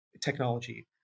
technology